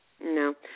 No